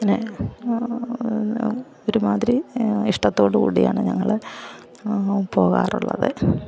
അങ്ങനെ ഒരുമാതിരി ഇഷ്ടത്തോടുകൂടിയാണ് ഞങ്ങൾ പോകാറുള്ളത്